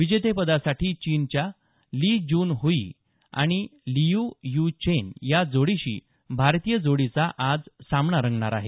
विजेतेपदासाठी चीनच्या Li Jun Hui आणि लियु यु चेन या जोडीशी भारतीय जोडीचा आज सामना होणार आहे